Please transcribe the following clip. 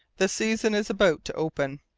the season is about to open.